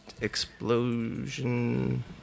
explosion